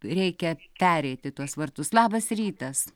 reikia pereiti tuos vartus labas rytas